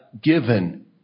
given